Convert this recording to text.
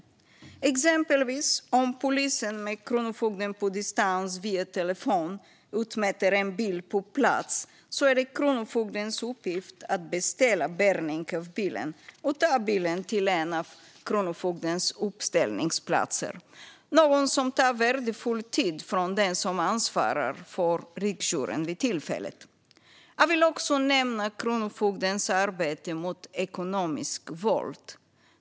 Om exempelvis polisen med Kronofogden på distans via telefon utmäter en bil på plats är det Kronofogdens uppgift att beställa bärgning av bilen och ta bilen till en av Kronofogdens uppställningsplatser. Det är något som tar värdefull tid från den som ansvarar för riksjouren vid tillfället. Jag vill också nämna Kronofogdens arbete mot ekonomiskt våld.